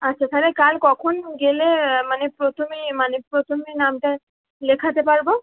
আচ্ছা তাহলে কাল কখন গেলে মানে প্রথমেই মানে প্রথমেই নামটা লেখাতে পারবো